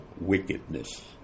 wickedness